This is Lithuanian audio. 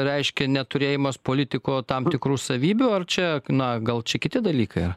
reiškia neturėjimas politiko tam tikrų savybių ar čia na gal čia kiti dalykai yra